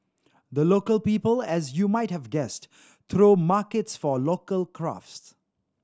the Local People as you might have guessed throw markets for local crafts